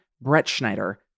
Brettschneider